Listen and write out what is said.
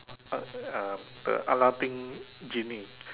a a a Aladdin genie